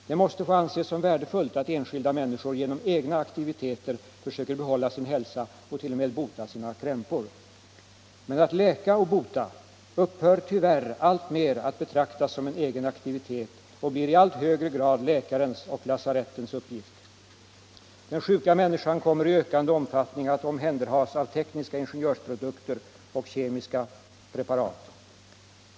Det måste få anses som värdefullt att enskilda människor genom egna aktiviteter försöker behålla sin hälsa och t.o.m. bota sina krämpor. Men att läka och bota upphör tyvärr alltmer att betraktas som en egen aktivitet och blir i allt högre grad läkarens och lasarettens uppgift. Den sjuka människan kommer i ökande omfattning att omhändertas av tekniska ingenjörsprodukter och kemiska preparat.